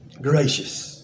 gracious